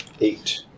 Eight